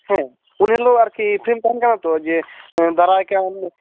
ᱩᱱᱦᱤᱞᱟᱹᱜ ᱟᱨᱠᱤ ᱯᱷᱨᱤᱢ ᱛᱟᱦᱮᱱ ᱠᱟᱱᱟᱢᱛᱳ ᱡᱮ ᱫᱟᱨᱟᱭ ᱠᱟᱱ